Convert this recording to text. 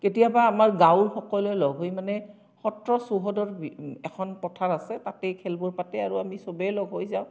কেতিয়াবা আমাৰ গাঁওৰ সকলোৱে লগ হৈ মানে সত্ৰ চৌহদৰ এখন পথাৰ আছে তাতেই খেলবোৰ পাতে আৰু আমি চবে লগ হৈ যাওঁ